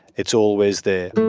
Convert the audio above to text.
it's always there.